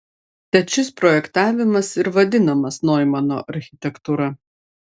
tad šis projektavimas ir vadinamas noimano architektūra